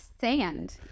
sand